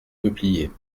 peupliers